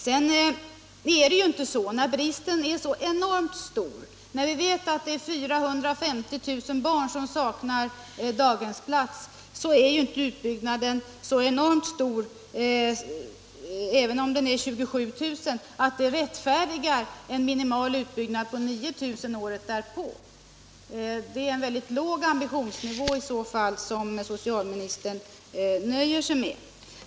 Sedan är det ju inte så — när bristen nu är så enormt stor att 450 000 barn saknar daghemsplats — att en utbyggnad är så förfärligt stor när den ligger på 27000 platser att det skulle rättfärdiga en minimal utbyggnad på 9 000 året därpå. Det är i så fall en mycket låg ambitionsnivå som socialministern nöjer sig med.